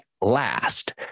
last